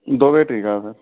दो बैटरी का है सर